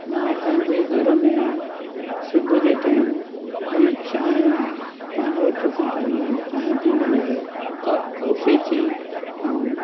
मां पंहिंजे घर में सुबूह जे टेम जीअं चाहिं आहे पंहिंजे हथ सां ठाहींदो आहियां जीअं चाहिं पीअण लाइ क कॉफी थी ऐं